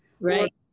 Right